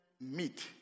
meet